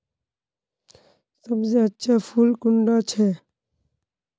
सबसे अच्छा फुल कुंडा छै?